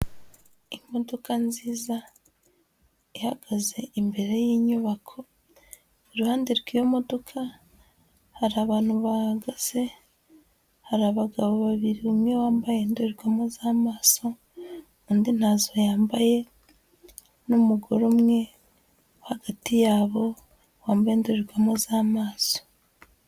Imodoka nziza ihagaze imbere y'inyubako, iruhande rw'iyo modoka hari abantu bahagaze, hari abagabo babiri umwe wambaye indorerwamo z'amaso undi ntazo yambaye, n'umugore umwe hagati yabo wambaye indorerwamo z'amaso.